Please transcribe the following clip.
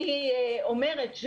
אני אומרת,